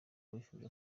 wifuza